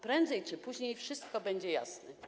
Prędzej czy później wszystko będzie jasne.